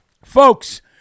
Folks